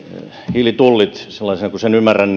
hiilitullit sellaisina kuin ne ymmärrän